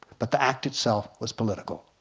but the act itself was political.